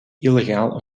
illegaal